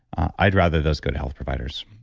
i'd rather those go to health providers.